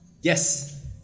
yes